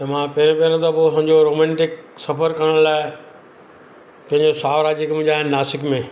त मां पहिरियों पहिरियों त पोइ असांजो रोमेंटिक सफ़र करण लाइ पंहिंजे साहुरा जेके मुंहिंजा आहिनि नासिक में